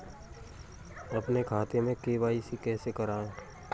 अपने खाते में के.वाई.सी कैसे कराएँ?